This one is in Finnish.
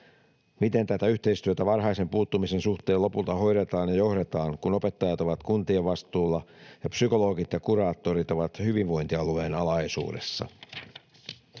Miten tätä yhteistyötä varhaisen puuttumisen suhteen lopulta hoidetaan ja johdetaan, kun opettajat ovat kuntien vastuulla ja psykologit ja kuraattorit ovat hyvinvointialueen alaisuudessa?